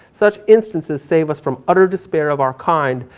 such instances save us from utter despair of our kind,